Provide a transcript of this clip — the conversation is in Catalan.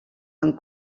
amb